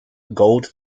gold